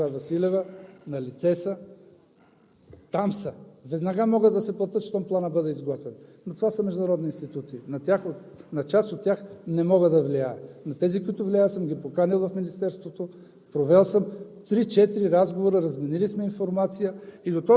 Парите са осигурени, и то още по време на управлението на госпожа Василева. Налице са, там са, веднага могат да се платят, щом планът бъде изготвен. Но това са международни институции, на част от тях не мога да влияя. Но съм ги поканил в Министерството,